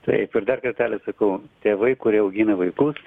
taip ir dar kartelį sakau tėvai kurie augina vaikus